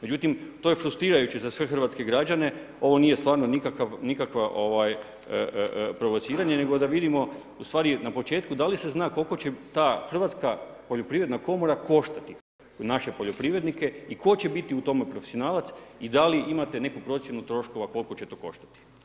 Međutim, to je frustrirajuće za sve hrvatske građane, ovo nije stvarno nikakvo provociranje nego da vidimo u stvari, na početku da li se zna koliko će ta Hrvatska poljoprivredna komora koštati naše poljoprivrednike i tko će biti u tome profesionalac i da li imate neku procjenu troškova koliko će to koštati?